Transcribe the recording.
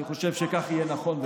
אני חושב שכך יהיה נכון וראוי.